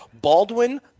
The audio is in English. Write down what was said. Baldwin